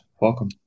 Welcome